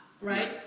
right